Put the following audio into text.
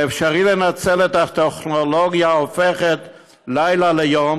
ואפשר לנצל את הטכנולוגיה ההופכת לילה ליום,